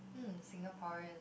hmm Singaporean